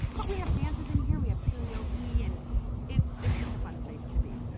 but we have dances in here. we have karaoke, and it's it's just a fun place to be.